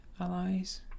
Allies